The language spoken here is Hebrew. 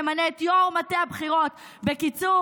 יו"ר המפלגה ימנה את יושב-ראש מטה הבחירות" בקיצור,